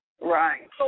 right